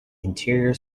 interior